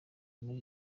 muli